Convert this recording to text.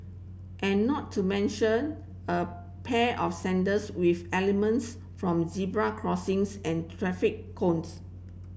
and not to mention a pair of sandals with elements from zebra crossings and traffic cones